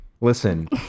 Listen